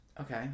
Okay